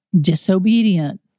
disobedient